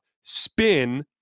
spin